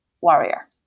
warrior